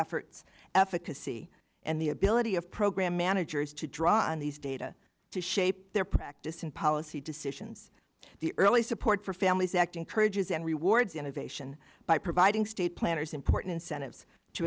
efforts efficacy and the ability of program managers to draw on these data to shape their practice and policy decisions the early support for families act encourages and rewards innovation by providing state planners important